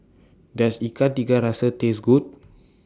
Does Ikan Tiga Rasa Taste Good